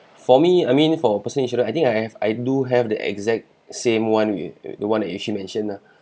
for me I mean for personal insurance I think I have I do have the exact same one with the one that you just mention ah